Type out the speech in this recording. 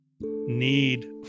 need